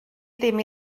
ddim